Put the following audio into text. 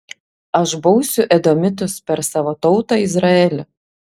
aš bausiu edomitus per savo tautą izraelį